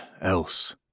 else